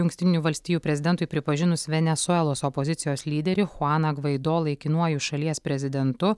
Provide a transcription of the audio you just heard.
jungtinių valstijų prezidentui pripažinus venesuelos opozicijos lyderį chuaną gvaido laikinuoju šalies prezidentu